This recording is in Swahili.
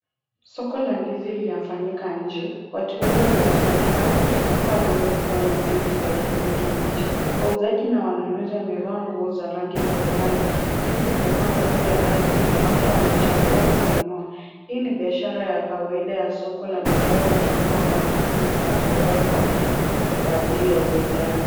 Soko la ndizi linafanyika nje, watu wengi wamekusanyika kuzunguka rundo kubwa la ndizi za kijani kibichi. Wauzaji na wanunuzi wamevaa nguo za rangi mbalimbali. Ndizi zimepangwa juu ya ardhi na watu wanachagua kununua. Hii ni biashara ya kawaida ya soko la mazao ya kilimo ambapo ndizi zinatolewa kwa wingi kwa ajili ya uuzaji.